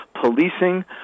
policing